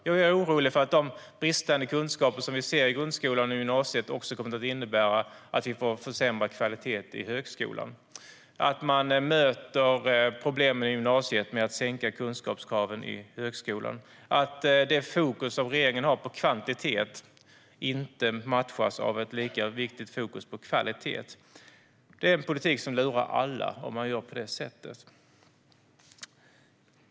Jag är orolig för att de bristande kunskaper som vi ser i grundskolan och gymnasiet kommer att innebära att vi får en försämrad kvalitet i högskolan, att man möter problem med gymnasiet med att sänka kunskapskraven på högskolan och att regeringens fokus på kvantitet inte matchas av samma fokus på kvalitet. Det är en politik som lurar alla att göra på det sättet.